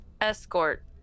escort